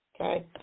Okay